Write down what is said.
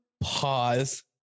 Pause